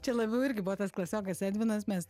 čia labiau irgi buvo tas klasiokas edvinas mes